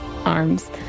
arms